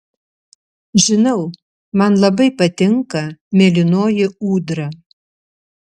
žinau man labai patinka mėlynoji ūdra